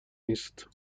نیست